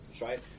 right